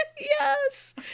Yes